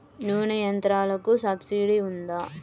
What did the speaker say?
నూనె యంత్రాలకు సబ్సిడీ ఉందా?